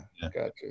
gotcha